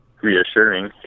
reassuring